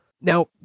Now